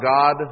God